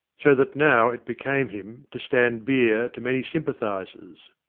so that now it became him to stand beer to many sympathisers.